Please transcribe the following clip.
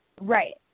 Right